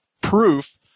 proof